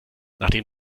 nachdem